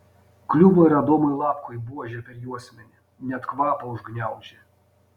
kliuvo ir adomui lapkui buože per juosmenį net kvapą užgniaužė